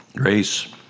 Grace